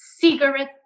cigarette